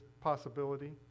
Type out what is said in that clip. possibility